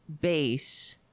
base